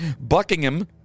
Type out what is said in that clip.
Buckingham